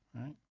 Right